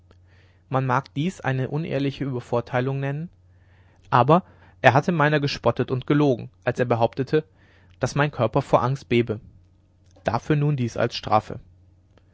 man mag dies eine unehrliche uebervorteilung nennen aber er hatte meiner gespottet und gelogen als er behauptete daß mein körper vor angst bebe dafür nun dies als strafe